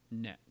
net